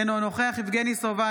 אינו נוכח יבגני סובה,